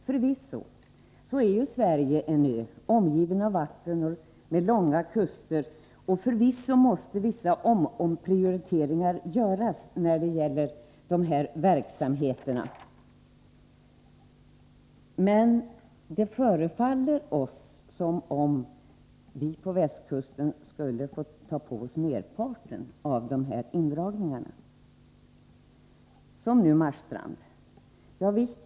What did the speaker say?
Förvisso kan Sverige sägas vara en ö, omgiven av vatten och med långa kuster, och förvisso måste vissa omprioriteringar göras när det gäller de aktuella verksamheterna. Men det förefaller oss som om vi på västkusten får ta på oss merparten av de indragningar som måste göras. Som nu t.ex. indragningen av kustposteringen i Marstrand!